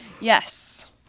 yes